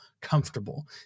comfortable